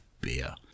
beer